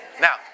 Now